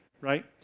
right